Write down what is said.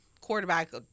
quarterback